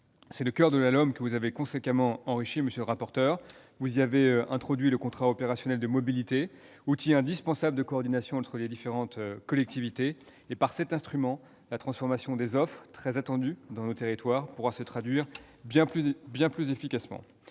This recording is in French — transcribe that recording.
C'est le coeur de la LOM que vous avez conséquemment enrichi, monsieur le rapporteur. Vous y avez introduit le contrat opérationnel de mobilité, outil indispensable de coordination entre les différentes collectivités. Par cet instrument, la transformation des offres de mobilité, très attendue dans les territoires, pourra se traduire bien plus efficacement.